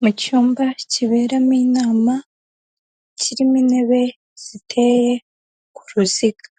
Mu cyumba kiberamo inama kirimo intebe ziteye ku ruziga,